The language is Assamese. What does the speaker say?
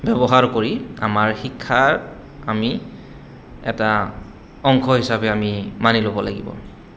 ব্যৱহাৰ কৰি আমাৰ শিক্ষাৰ আমি এটা অংশ হিচাপে আমি মানি ল'ব লাগিব